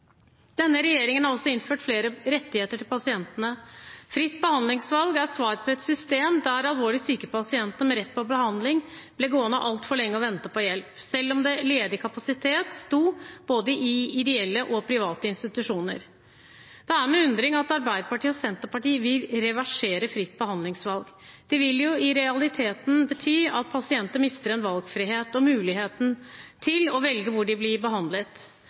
Denne regjeringen har innført flere rettigheter for pasientene. Fritt behandlingsvalg er svar på et system der alvorlig syke pasienter med rett på behandling ble gående altfor lenge og vente på hjelp, selv om det var ledig kapasitet i både ideelle og private institusjoner. Det er med undring jeg ser at Arbeiderpartiet og Senterpartiet vil reversere fritt behandlingsvalg. Det vil jo i realiteten bety at pasienter mister valgfriheten og muligheten til å velge hvor de vil bli behandlet.